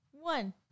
One